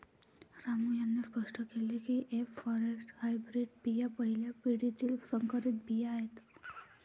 रामू यांनी स्पष्ट केले की एफ फॉरेस्ट हायब्रीड बिया पहिल्या पिढीतील संकरित बिया आहेत